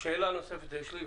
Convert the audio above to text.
שאלה נוספת יש לי,